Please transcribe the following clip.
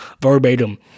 verbatim